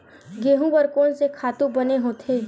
गेहूं बर कोन से खातु बने होथे?